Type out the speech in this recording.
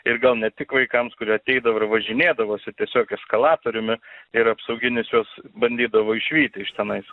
ir gal ne tik vaikams kurie ateidavo ir važinėdavosi tiesiog eskalatoriumi ir apsauginis juos bandydavo išvyti iš tenais